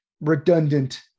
redundant